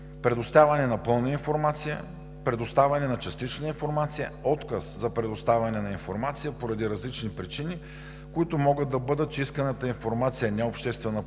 предоставяне на пълна информация, предоставяне на частична информация, отказ за предоставяне на информация поради различни причини, които могат да бъдат, че исканата информация не е обществена